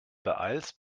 beeilst